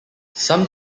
some